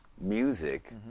music